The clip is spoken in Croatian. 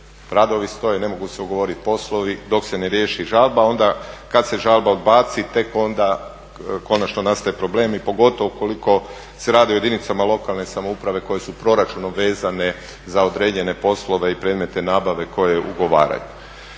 Radovi stoje, ne mogu se ugovoriti poslovi dok se ne riješi žalba, onda kad se žalba odbaci tek onda konačno nastaje problem i pogotovo ukoliko se radi o jedinicama lokalne samouprave koje su proračunom vezane za određene poslove i predmetne nabave koje ugovaraju.